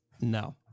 no